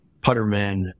Putterman